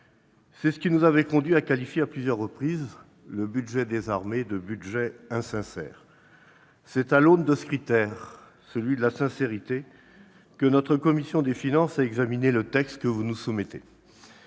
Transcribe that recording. C'est ce qui nous avait conduits à qualifier à plusieurs reprises le budget des armées d'insincère. C'est à l'aune de ce critère de sincérité que la commission des finances a examiné le texte que vous nous soumettez.